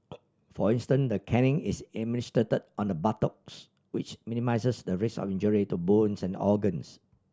for instance the caning is administered on the buttocks which minimises the risk of injury to bones and organs